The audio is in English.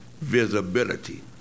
visibility